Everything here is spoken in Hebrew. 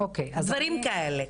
דברים כאלה.